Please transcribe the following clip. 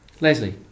Leslie